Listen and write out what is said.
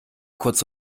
kurz